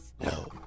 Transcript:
No